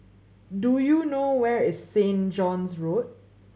do you know where is Saint John's Road